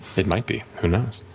it might be, who knows?